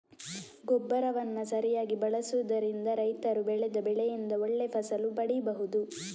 ಗೊಬ್ಬರವನ್ನ ಸರಿಯಾಗಿ ಬಳಸುದರಿಂದ ರೈತರು ಬೆಳೆದ ಬೆಳೆಯಿಂದ ಒಳ್ಳೆ ಫಸಲು ಪಡೀಬಹುದು